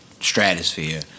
stratosphere